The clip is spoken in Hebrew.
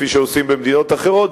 כפי שעושים במדינות אחרות,